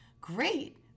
great